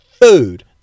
food